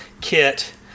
kit